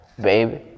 Baby